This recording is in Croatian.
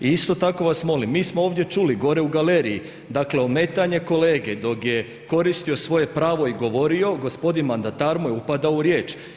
I isto tako vas molim, mi smo ovdje čuli, gore u galeriji, dakle ometanje kolege dok je koristio svoje pravo i govorio, gospodin mandatar mu je upadao u riječ.